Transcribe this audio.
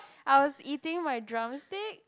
I was eating my drumstick